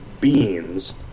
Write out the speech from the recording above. beans